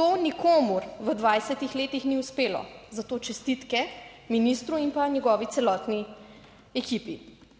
to nikomur v 20 letih ni uspelo, zato čestitke ministru in pa njegovi celotni ekipi.